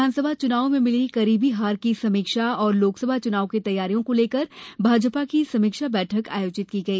उधर विधानसभा चुनाव में मिली करीबी हार की समीक्षा और लोकसभा चुनाव की तैयारियों को लेकर भाजपा की समीक्षा बैठक आयोजित की गई